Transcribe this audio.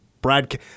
Brad